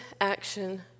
action